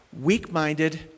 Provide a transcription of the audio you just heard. weak-minded